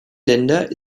länder